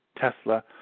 Tesla